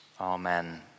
Amen